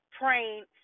praying